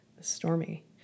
stormy